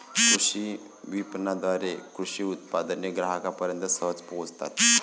कृषी विपणनाद्वारे कृषी उत्पादने ग्राहकांपर्यंत सहज पोहोचतात